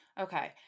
Okay